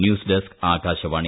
news desk Akashvani